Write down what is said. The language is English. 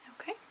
Okay